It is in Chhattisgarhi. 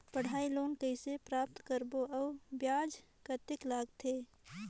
पढ़ाई लोन कइसे प्राप्त करबो अउ ब्याज कतेक लगथे?